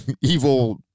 Evil